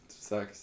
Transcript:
Sucks